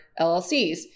LLCs